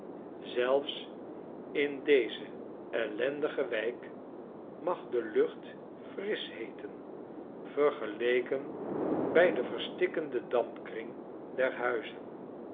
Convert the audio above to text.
zelfs in deze ellendige wijk mag de lucht frisch heeten vergeleken bij den verstikkenden dampkring der huizen